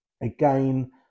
Again